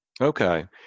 Okay